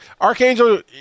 Archangel